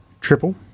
triple